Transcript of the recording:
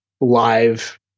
live